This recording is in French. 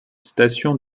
station